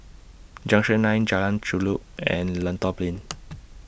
Junction nine Jalan Chulek and Lentor Plain